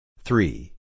Three